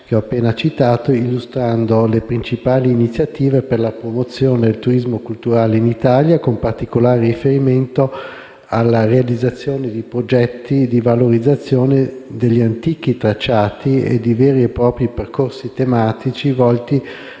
citato piano, illustrando le principali iniziative per la promozione del turismo culturale in Italia, con particolare riferimento alla realizzazione di progetti di valorizzazione di antichi tracciati e di veri e propri percorsi tematici, volti